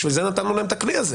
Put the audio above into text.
בשביל זה נתנו להם את הכלי הזה.